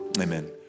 Amen